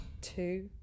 two